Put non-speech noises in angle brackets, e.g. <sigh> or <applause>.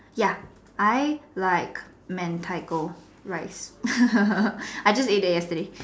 ya I like mentaiko rice <laughs> I just ate that yesterday